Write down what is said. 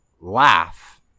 laugh